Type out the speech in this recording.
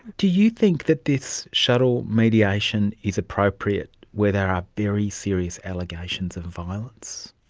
do you think that this shuttle mediation is appropriate where there are very serious allegations of violence?